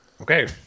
okay